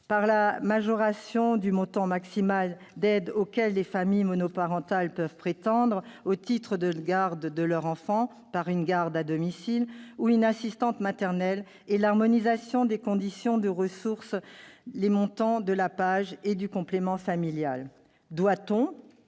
2018 : majoration du montant maximal d'aide auquel les familles monoparentales peuvent prétendre au titre de la garde de leurs enfants par une garde à domicile ou une assistante maternelle, harmonisation des conditions de ressources, des montants de la prestation d'accueil du jeune